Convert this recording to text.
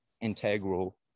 integral